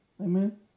Amen